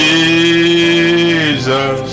Jesus